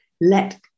let